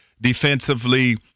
Defensively